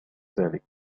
ذلك